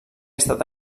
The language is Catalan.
estat